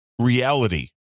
reality